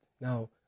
Now